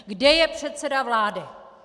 Kde je předseda vlády?